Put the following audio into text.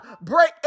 Break